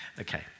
Okay